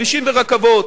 בכבישים וברכבות,